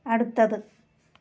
അടുത്തത്